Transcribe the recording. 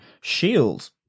shield